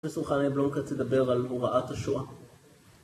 פרופסור חנה יבלונקה תדבר על הוראת השואה